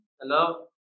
Hello